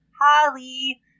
Holly